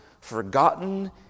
forgotten